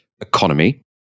economy